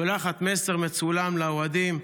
שולחת מסר מצולם לאוהדים,